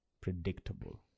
predictable